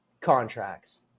contracts